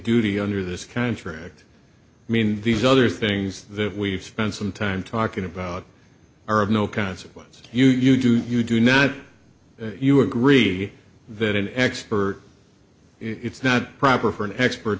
duty under this contract i mean these other things that we've spent some time talking about are of no consequence if you do you do not you agree that an expert it's not proper for an expert